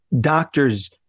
Doctors